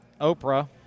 Oprah